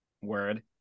Word